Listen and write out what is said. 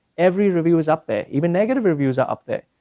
every review is up there, even negative reviews are up there.